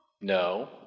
No